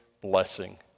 blessing